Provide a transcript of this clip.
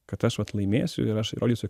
kad aš vat laimėsiu ir aš įrodysiu